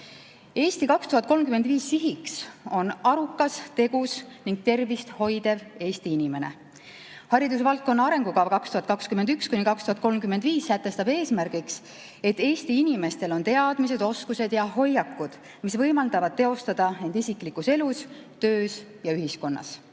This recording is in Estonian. "Eesti 2035" sihiks on arukas, tegus ning tervist hoidev Eesti inimene. Haridusvaldkonna arengukava 2021–2035 sätestab eesmärgiks, et Eesti inimestel on teadmised, oskused ja hoiakud, mis võimaldavad teostada end isiklikus elus, töös ja ühiskonnas.